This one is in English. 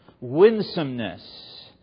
winsomeness